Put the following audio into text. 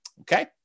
Okay